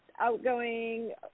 outgoing